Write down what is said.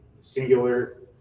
singular